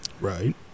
Right